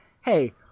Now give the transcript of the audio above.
hey